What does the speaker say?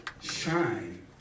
shine